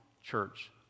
church